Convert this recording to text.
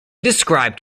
described